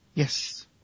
Yes